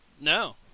No